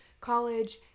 college